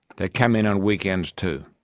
they come in on weekends too.